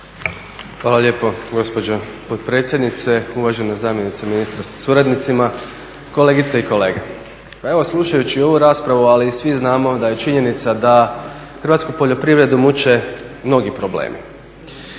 Hvala lijepo gospođo potpredsjednice, uvažena zamjenice ministra sa suradnicima, kolegice i kolege. Pa evo slušajući i ovu raspravu, ali svi znamo da je činjenica da hrvatsku poljoprivredu muče mnogi problemi,